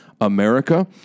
America